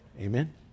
Amen